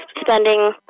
spending